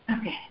Okay